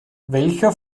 welcher